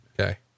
Okay